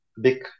big